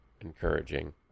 encouraging